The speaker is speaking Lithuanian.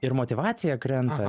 ir motyvacija krenta